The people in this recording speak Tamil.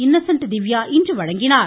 இன்னசென்ட் திவ்யா இன்று வழங்கினார்